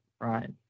right